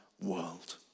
world